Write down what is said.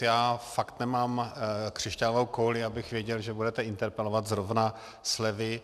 Já fakt nemám křišťálovou kouli, abych věděl, že budete interpelovat zrovna slevy.